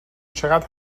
چقدر